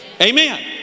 Amen